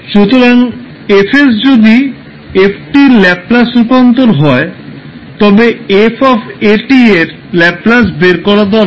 সুতরাং F যদি f এর ল্যাপলাস রূপান্তর হয় তবে 𝑓 𝑎𝑡 এর ল্যাপলাস বের করা দরকার